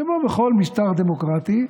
כמו בכל משטר דמוקרטי,